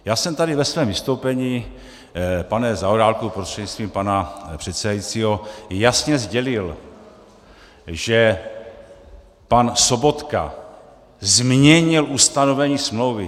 Já jsem tady ve svém vystoupení, pane Zaorálku, prostřednictvím pana předsedajícího, jasně sdělil, že pan Sobotka změnil ustanovení smlouvy.